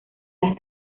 las